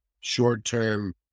short-term